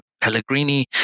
Pellegrini